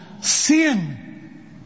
sin